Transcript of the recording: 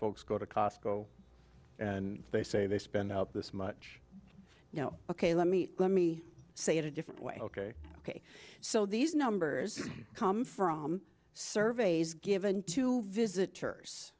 folks go to costco and they say they spend out this much you know ok let me let me say it a different way ok ok so these numbers come from surveys given to visitors